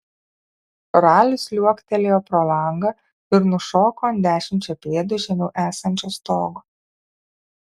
ralis liuoktelėjo pro langą ir nušoko ant dešimčia pėdų žemiau esančio stogo